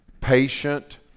patient